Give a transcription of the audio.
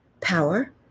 power